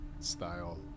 style